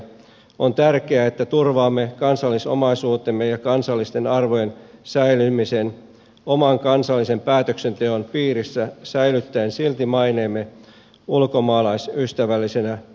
on tärkeää että turvaamme kansallisomaisuutemme ja kansallisten arvojen säilymisen oman kansallisen päätöksenteon piirissä säilyttäen silti maineemme ulkomaalaisystävällisenä valtiona